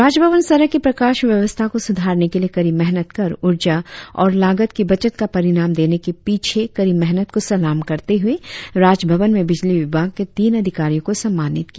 राजभवन सड़क के प्रकाश व्यवस्था को सुधारने के लिए कड़ी मेहनत कर उर्जा और लागत की बचत का परिणाम देने के पीछे कड़ी मेहनत को सलाम करते हुए राजभवन में बिजली विभाग के तीन अधिकारियों को सम्मानित किया